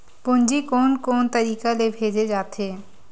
पूंजी कोन कोन तरीका ले भेजे जाथे?